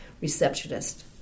receptionist